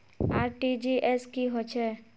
RTGS की होचए?